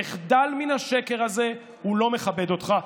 תחדל מן השקר הזה, הוא לא מכבד אותך.